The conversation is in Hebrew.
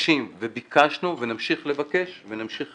מבקשים וביקשנו ונמשיך לבקש ונמשיך